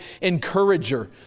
encourager